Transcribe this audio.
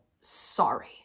sorry